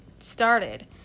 started